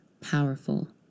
powerful